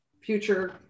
future